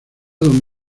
don